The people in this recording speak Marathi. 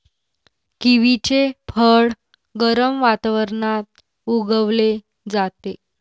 किवीचे फळ गरम वातावरणात उगवले जाते